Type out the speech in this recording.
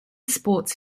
sports